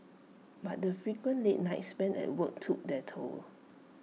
but the frequent late nights spent at work took their toll